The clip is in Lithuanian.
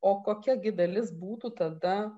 o kokia gi dalis būtų tada